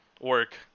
work